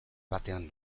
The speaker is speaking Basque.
batean